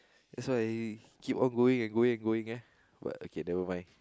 that's why you keep on going and going and going ah but okay never mind